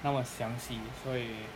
那么详细所以